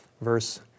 Verse